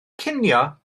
cinio